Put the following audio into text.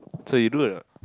so you do or not